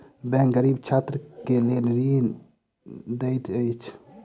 bank गरीब छात्र के लेल छात्र ऋण दैत अछि